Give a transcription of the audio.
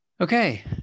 Okay